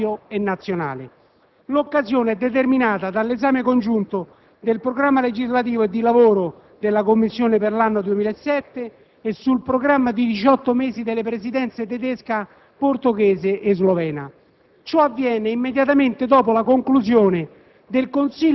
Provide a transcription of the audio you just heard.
dell'interdipendenza crescente tra ordinamento comunitario e nazionale. L'occasione è determinata dall'esame congiunto del programma legislativo e di lavoro della Commissione per l'anno 2007 e sul programma di 18 mesi delle Presidenze tedesca, portoghese e slovena.